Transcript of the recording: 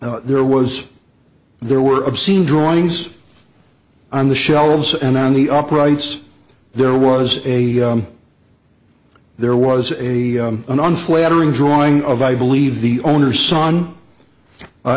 now there was there were obscene drawings on the shelves and on the op rights there was a there was a an unflattering drawing of i believe the owner's son